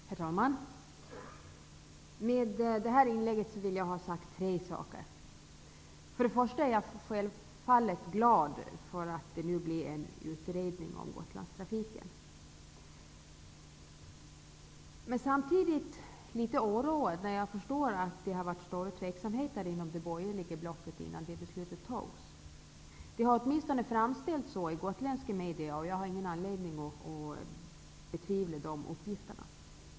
Herr talman! Med det här inlägget vill jag säga tre saker. För det första är jag självfallet glad över att det nu blir en utredning om Gotlandstrafiken. Men jag blir litet oroad när jag förstår att det innan detta beslut fattades fanns stora tveksamheter inom det borgerliga blocket. Det har åtminstone framställts så i gotländska medier, och jag har ingen anledning att betvivla dessa uppgifter.